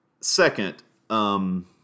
Second